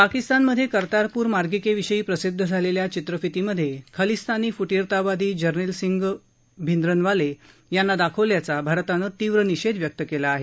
पाकिस्तानमधे कर्तारपूर मार्गिकेविषयी प्रसिद्ध झालेल्या चित्रफितीमधे खलिस्तानी फ्टीरतावादी जर्नेल सिंह भिंद्रनवाले यांना दाखवल्याचा भारतानं तीव्र निषेध व्यक्त केला आहे